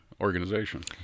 organization